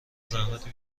زحمت